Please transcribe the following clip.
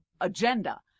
agenda